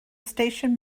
station